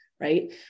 Right